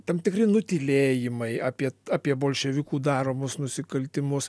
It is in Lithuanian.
tam tikri nutylėjimai apie apie bolševikų daromus nusikaltimus